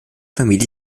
familie